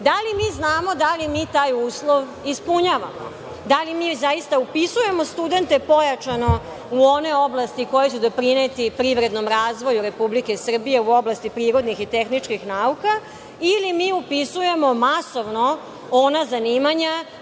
Da li mi znamo da li mi taj uslov ispunjavamo? Da li mi zaista upisujemo studente pojačano u one oblasti koje će doprineti privrednom razvoju Republike Srbije u oblasti prirodnih i tehničkih nauka ili mi upisujemo masovno ona zanimanja